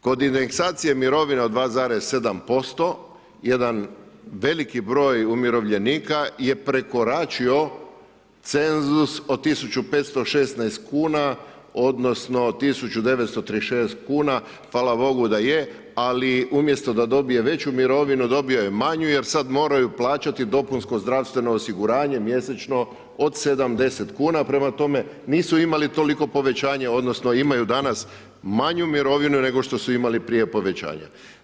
Kod indeksacije mirovine od 2,7% jedan veliki broj umirovljenika je prekoračio cenzus od 1516 kuna odnosno 1936 kuna, fala bogu da je, ali umjesto da dobije veću mirovinu, dobio je manju jer sad moraju plaćati dopunsko zdravstveno osiguranje mjesečno od 70 kuna, prema tome nisu imali toliko povećanje, odnosno imaju danas manju mirovinu nego što su imali prije povećanja.